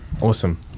Awesome